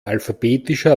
alphabetischer